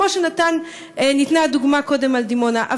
כמו שניתנה הדוגמה קודם על דימונה.